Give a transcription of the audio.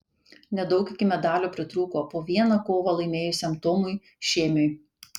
nedaug iki medalio pritrūko po vieną kovą laimėjusiam tomui šėmiui